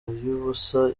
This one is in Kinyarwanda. ubusa